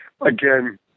again